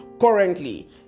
currently